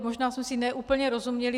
Možná jsme si ne úplně rozuměli.